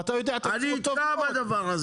ואתה יודע טוב מאוד.